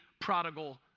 prodigal